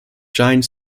giant